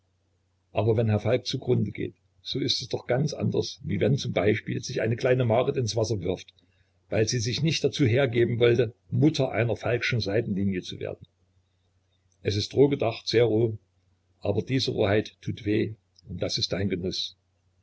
aber wenn herr falk zu grunde geht so ist es doch ganz anders wie wenn z b sich die kleine marit ins wasser wirft weil sie sich nicht dazu hergeben wollte mutter einer falkschen seitenlinie zu werden es ist roh gedacht sehr roh aber diese roheit tut weh und das ist ein genuß